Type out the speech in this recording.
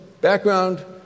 background